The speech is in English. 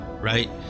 right